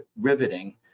riveting